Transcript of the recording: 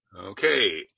Okay